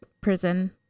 prison